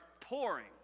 pouring